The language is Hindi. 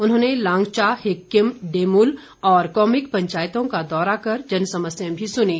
उन्होंने लांगचा हिक्किम डेमुल और कोमिक पंचायतों का दौरा कर जनसमस्याएं भी सुनीं